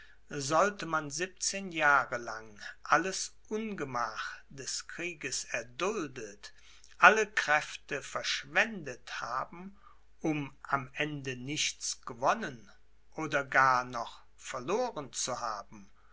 sollte man siebzehn jahre lang alles ungemach des krieges erduldet alle kräfte verschwendet haben um am ende nichts gewonnen oder gar noch verloren zu haben